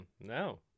no